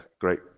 Great